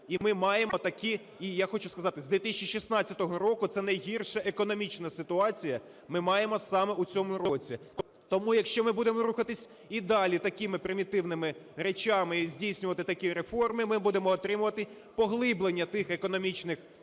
і ми маємо такі... І я хочу сказати, з 2016 року це найгірша економічна ситуація ми маємо саме в цьому році. Тому, якщо ми будемо рухатися і далі такими примітивними речами і здійснювати такі реформи, ми будемо отримувати поглиблення тих економічних чи тієї